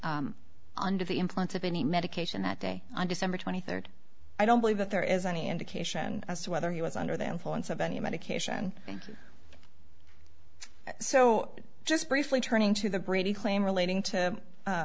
being under the influence of any medication that day on december twenty third i don't believe that there is any indication as to whether he was under the influence of any medication so just briefly turning to the brady claim relating to